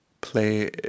play